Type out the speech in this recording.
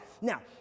Now